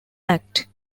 act